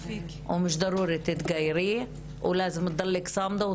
כי אם יושבות מולי שש נשים שעדיין לא יודעות מי